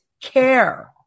care